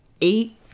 eight